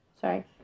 sorry